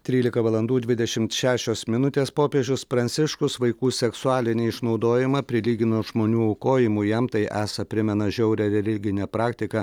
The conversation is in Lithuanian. trylika valandų dvidešimt šešios minutės popiežius pranciškus vaikų seksualinį išnaudojimą prilygino žmonių aukojimui jam tai esą primena žiaurią religinę praktiką